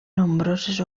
nombroses